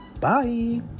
Bye